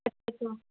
اچھا